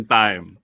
time